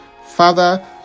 Father